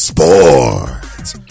Sports